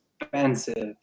expensive